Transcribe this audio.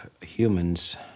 humans